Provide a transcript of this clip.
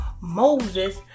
Moses